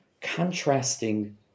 contrasting